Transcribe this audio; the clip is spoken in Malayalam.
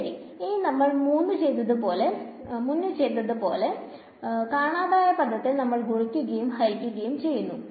ശെരി ഇനി നമ്മൾ മുന്ന് ചെയ്തത് പോലെ കാണാതായ പദത്തെ നമ്മൾ ഗുണിക്കുകയും ഹരിക്കുകയും ചെയ്യുന്നു